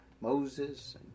Moses